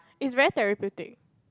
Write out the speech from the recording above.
it's very therapeutic